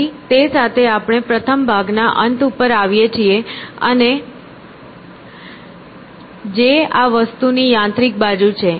તેથી તે સાથે આપણે પ્રથમ ભાગના અંત પર આવીએ છીએ જે આ વસ્તુની યાંત્રિક બાજુ છે